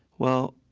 well,